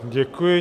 Děkuji.